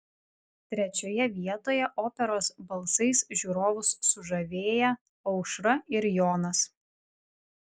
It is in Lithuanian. trečioje vietoje operos balsais žiūrovus sužavėję aušra ir jonas